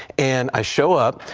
and i show up,